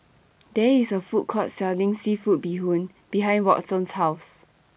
There IS A Food Court Selling Seafood Bee Hoon behind Watson's House